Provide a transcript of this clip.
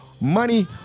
Money